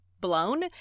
blown